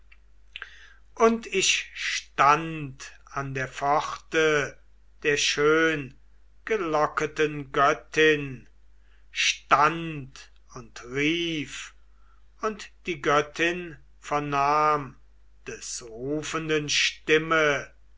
und ich stand an der pforte der schöngelocketen göttin stand und rief und die göttin vernahm des rufenden stimme